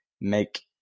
make